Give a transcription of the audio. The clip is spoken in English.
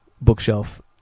bookshelf